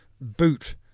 boot